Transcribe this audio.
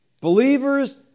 Believers